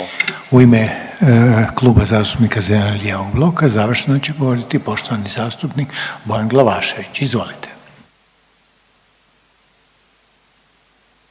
U ime Kluba zastupnika zeleno-lijevog bloka završno će govoriti poštovani zastupnik Bojan Glavašević, izvolite.